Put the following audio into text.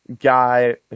guy